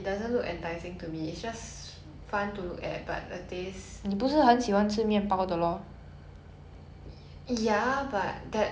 y~ ya but that doesn't look very nice lah I mean you look at the ingredients right it's just I forgot the ingredients but it's super basic ingredients